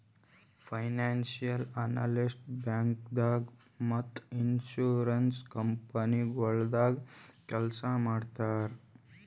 financial analyst ಬ್ಯಾಂಕ್ದಾಗ್ ಮತ್ತ್ insurance ಕಂಪನಿಗೊಳ್ದಾಗ ಕೆಲ್ಸ್ ಮಾಡ್ತರ್